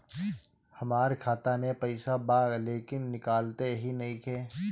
हमार खाता मे पईसा बा लेकिन निकालते ही नईखे?